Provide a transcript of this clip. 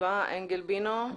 אדוה אנגל בינו,